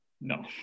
No